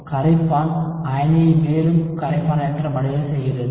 கரைப்பான் அயனியை மேலும் கரைப்பானேற்றமடைய செய்கிறது